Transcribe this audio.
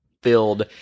filled